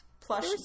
plush